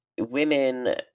women